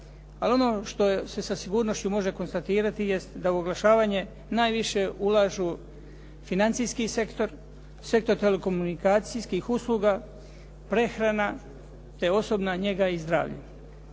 Ali ono što se sa sigurnošću može konstatirati jest da u oglašavanje najviše ulažu financijski sektor, sektor telekomunikacijskih usluga, prehrana te osobna njega i zdravlje.